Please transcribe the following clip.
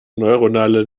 neuronale